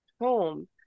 home